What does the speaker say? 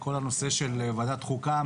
כל הנושא של ועדת חוקה,